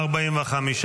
הסתייגות 36 לא נתקבלה.